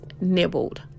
nibbled